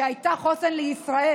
שהייתה בחוסן לישראל.